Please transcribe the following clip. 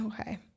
okay